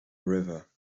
river